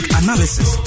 analysis